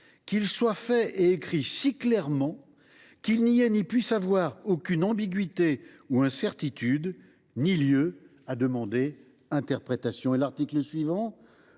qu’ils soient faits et écrits si clairement, qu’il n’y ait ni puisse avoir aucune ambiguïté ou incertitude ne lieu à demander interprétation. » L’article suivant